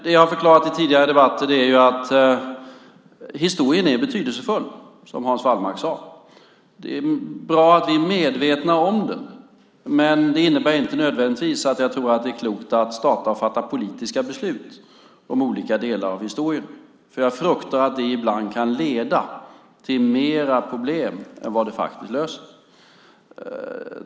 Det jag har förklarat i tidigare debatter är ju att historien är betydelsefull, som Hans Wallmark sade. Det är bra att vi är medvetna om den, men det innebär inte nödvändigtvis att jag tror att det är klokt att fatta politiska beslut om olika delar av historien. Jag fruktar att det ibland kan leda till mer problem än det faktiskt löser.